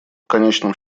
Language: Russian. конечном